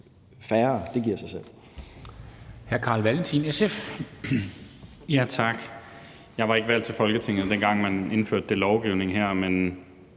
Carl Valentin, SF. Kl. 13:15 Carl Valentin (SF): Tak. Jeg var ikke valgt til Folketinget, dengang man indførte den her lovgivning, men